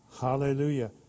Hallelujah